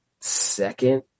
second